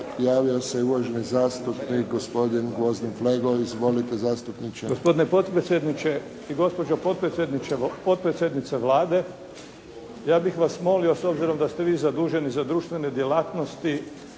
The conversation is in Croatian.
javio se uvaženi zastupnik gospodin Gvozden Flego. Izvolite zastupniče. **Flego, Gvozden Srećko (SDP)** Gospodine potpredsjedniče i gospođo podpredsjednice Vlade. Ja bih vas molio, s obzirom da ste vi zaduženi za društvene djelatnosti